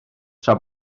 tra